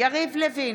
יריב לוין,